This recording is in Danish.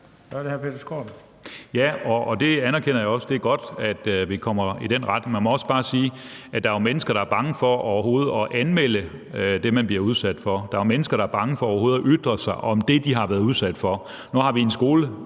Kl. 15:27 Peter Skaarup (DF): Det anerkender jeg også. Det er godt, at vi bevæger os i den retning. Man må også bare sige, at der jo er mennesker, der er bange for overhovedet at anmelde det, de bliver udsat for. Der er mennesker, der er bange for overhovedet at ytre sig om det, de har været udsat for. Nu har vi en skolelærer,